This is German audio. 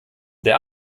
der